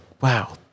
wow